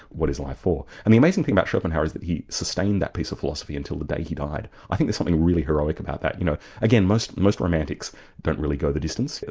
what is live for? and the amazing thing about schopenhauer is that he sustained that piece of philosophy until the day he died. i think there's something really heroic about that you know. again, most most romantics don't really go the distance,